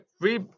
free